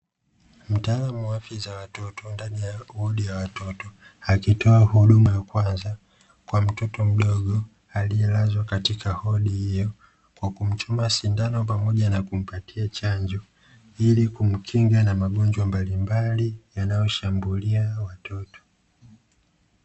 Mtaalamu wa afya za watoto ndani ya wodi ya watoto akitoa huduma ya kwanza kw amtoto mdogo aliyelazwa katika wodi hiyo kwa kumchoma sindano pamoja na kumpatia chanjo ili kumkinga na magonjwa mbalimbali yanayoshambulia watoto.